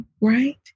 right